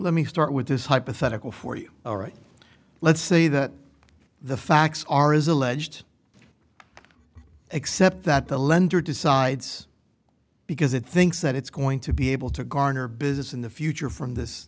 let me start with this hypothetical for you all right let's say that the facts are as alleged except that the lender decides because it thinks that it's going to be able to garner business in the future from this